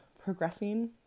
progressing